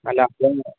അല്ല